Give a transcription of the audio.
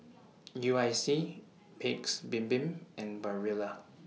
U I C Paik's Bibim and Barilla